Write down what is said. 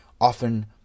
often